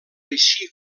així